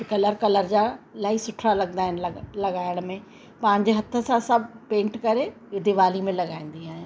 colour colour जा इलाही सुठा लॻंदा आहिनि लॻ लॻाइण में पंहिंजे हथ सां सभु पेंट करे दिवाली में लॻाईंदी आहियां